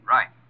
Right